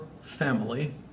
family